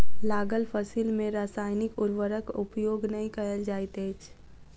लागल फसिल में रासायनिक उर्वरक उपयोग नै कयल जाइत अछि